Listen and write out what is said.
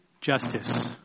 justice